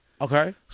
Okay